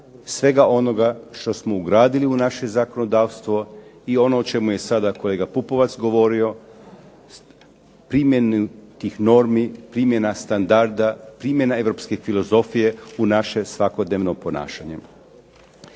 svega onoga što smo ugradili u naše zakonodavstvo i ono o čemu je sada kolega Pupovac govorio, primjenu tih normi, primjena standarda, primjena europske filozofije u naše svakodnevno ponašanje.